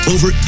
Over